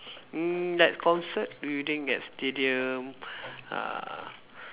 mm like concert within that stadium ah